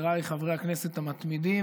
חבריי חברי הכנסת המתמידים,